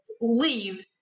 leave